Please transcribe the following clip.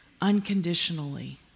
unconditionally